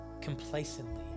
complacently